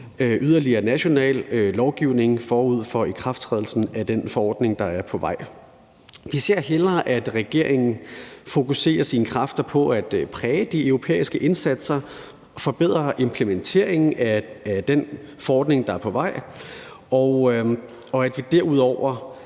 yderligere national lovgivning forud for ikrafttrædelsen at den forordning, der er på vej. Vi ser hellere, at regeringen fokuserer sine kræfter på at præge de europæiske indsatser, forbedre implementeringen af den forordning, der er på vej, og at vi derudover